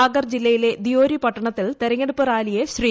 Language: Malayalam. സാഗർ ജില്ലയിലെ ദിയോരി പട്ടണത്തിൽ തെരഞ്ഞെടുപ്പ് റാലിയെ ശ്രീ